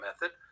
method